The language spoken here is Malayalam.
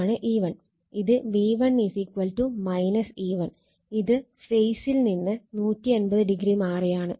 ഇത് V1 E1 ഇത് ഫേസിൽ നിന്ന് 180o മാറിയാണ്